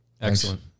Excellent